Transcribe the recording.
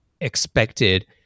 expected